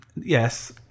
Yes